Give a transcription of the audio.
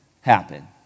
happen